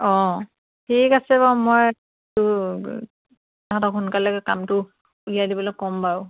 অঁ ঠিক আছে বাৰু মই তো তাহাঁতক সোনকালে কামটো উলিয়াই দিবলে ক'ম বাৰু